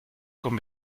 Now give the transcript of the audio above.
con